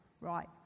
Right